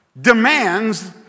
demands